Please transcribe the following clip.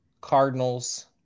Cardinals